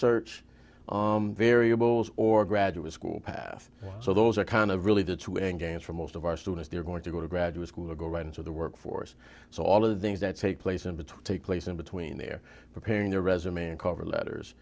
search variables or graduate school path so those are kind of really the two end games for most of our students they're going to go to graduate school or go right into the workforce so all of the things that take place in between take place in between their preparing their resume and cover letters